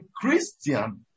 Christian